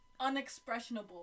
unexpressionable